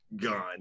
gone